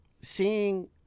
seeing